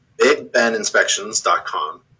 bigbeninspections.com